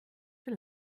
für